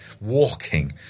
walking